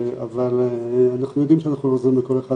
אבל אנחנו יודעים שאנחנו לא עוזרים לכל אחד,